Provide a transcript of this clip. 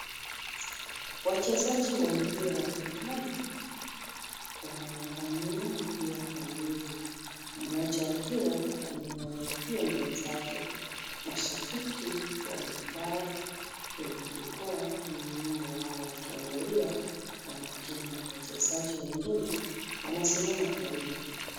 Wachezaji wa mpira wa kikapu, wanagombania mpira kwa nguvu, mmoja akiwa amemwangukia mwenzake. Mashabiki wamekaa kwenye jukwaa nyuma yao wakiangalia kwa makini. Wachezaji wengine wanasimama karibu.